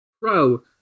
bro